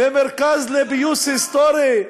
מרכז לפיוס היסטורי?